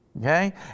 Okay